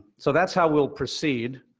so that's how we'll proceed.